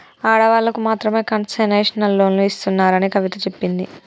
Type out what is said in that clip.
ఆడవాళ్ళకు మాత్రమే కన్సెషనల్ లోన్లు ఇస్తున్నారని కవిత చెప్పింది